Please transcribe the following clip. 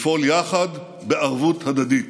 לפעול יחד בערבות הדדית.